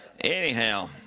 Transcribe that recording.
Anyhow